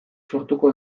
sortuko